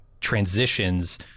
transitions